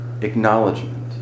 acknowledgement